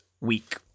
week